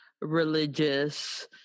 religious